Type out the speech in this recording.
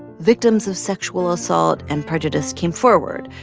victims of sexual assault and prejudice came forward,